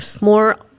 more